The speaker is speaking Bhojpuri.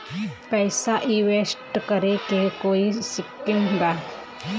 पैसा इंवेस्ट करे के कोई स्कीम बा?